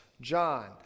John